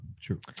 True